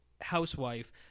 housewife